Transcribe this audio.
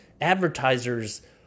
advertisers